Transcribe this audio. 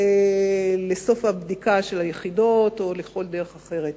לסוף הבדיקה של היחידות או לכל דרך אחרת.